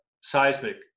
seismic